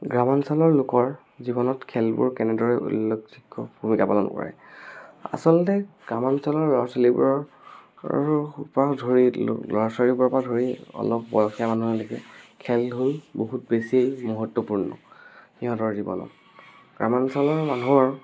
গ্ৰামাঞ্চলৰ লোকৰ জীৱনত খেলবোৰ কেনেদৰে উল্লেখযোগ্য ভূমিকা পালন কৰে আচলতে গ্ৰামাঞ্চলৰ ল'ৰা ছোৱালীবোৰৰ পৰা ধৰি ল'ৰা ছোৱালীবোৰৰ পৰা ধৰি অলপ বয়সীয়া মানুহলৈকে খেল হ'ল বহুত বেছি মহত্বপূৰ্ণ সিহঁতৰ জীৱনত গ্ৰামাঞ্চলৰ মানুহৰ